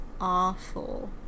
awful